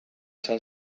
san